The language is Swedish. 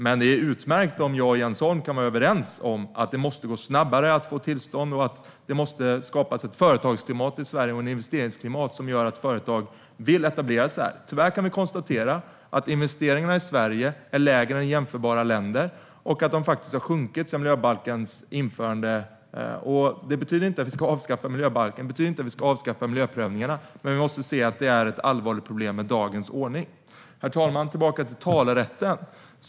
Men det är utmärkt om jag och Jens Holm kan vara överens om att det måste gå snabbare att få tillstånd och att det måste skapas ett företagsklimat och ett investeringsklimat i Sverige som gör att företag vill etablera sig här. Tyvärr kan vi konstatera att investeringarna i Sverige är lägre än i jämförbara länder och att de faktiskt har sjunkit sedan miljöbalkens införande. Det betyder inte att vi ska avskaffa miljöbalken. Det betyder inte att vi ska avskaffa miljöprövningarna. Men vi måste se att det är ett allvarligt problem med dagens ordning. Herr talman! Jag ska gå tillbaka till talerätten.